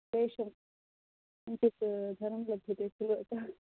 facial किञ्चित् धनं लभ्यते अत